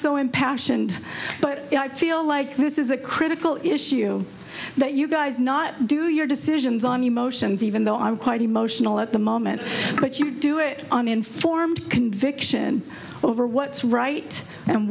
so impassioned but i feel like this is a critical issue that you guys not do your decisions on emotions even though i'm quite emotional at the moment but you do it uninformed conviction over what's right and